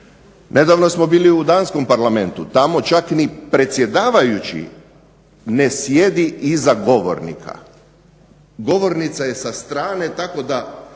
Nedavno smo bili u Danskom parlamentu, tamo čak ni predsjedavajući ne sjedi iza govornika, govornica je sa strane tako da